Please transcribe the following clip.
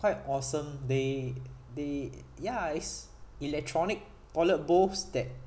quite awesome they they ya it's electronic toilet bowls that